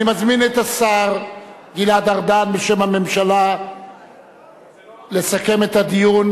אני מזמין את השר גלעד ארדן בשם הממשלה לסכם את הדיון,